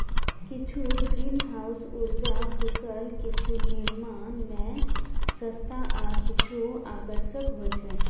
किछु ग्रीनहाउस उर्जा कुशल, किछु निर्माण मे सस्ता आ किछु आकर्षक होइ छै